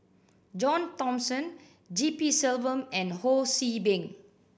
John Thomson G P Selvam and Ho See Beng